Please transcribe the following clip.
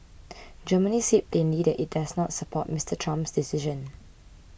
Germany said plainly that it does not support Mister Trump's decision